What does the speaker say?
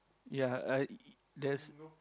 ya uh there's